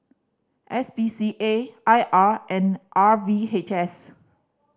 S P C A I R and R V H S